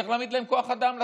צריך להעמיד כוח אדם לצבא,